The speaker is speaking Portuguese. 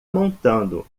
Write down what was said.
montando